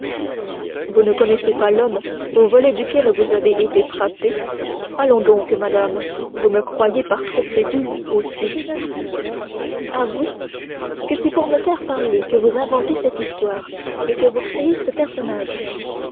vous ne connaissez pas l'homme au volet duquel vous avez été frapper allons donc madame vous me croyez par trop crédule aussi avouez que c'est pour me faire parler que vous inventez cette histoire et que vous créez ce personnage